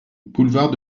boulevard